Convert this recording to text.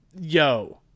Yo